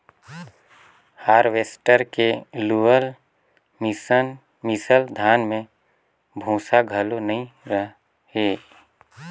harvester के लुअल मिसल धान में भूसा घलो नई रहें